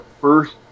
first